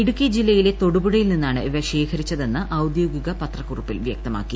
ഇടുക്കി ജില്ലയിലെ തൊടുപുഴയിൽ നിന്നാണ് ഇവ ശേഖരിച്ചതെന്ന് ഔദ്യോഗിക പത്രക്കുറിപ്പിൽ വൃക്തമാക്കി